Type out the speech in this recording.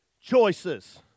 choices